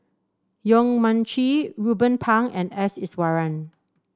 Yong Mun Chee Ruben Pang and S Iswaran